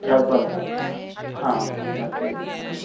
लगभग लगभग हाँ पंद्रह से बीस में